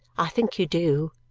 i think you do,